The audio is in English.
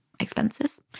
expenses